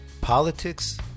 Politics